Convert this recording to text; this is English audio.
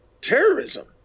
terrorism